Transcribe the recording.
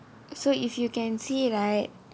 so if you can see right